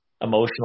emotional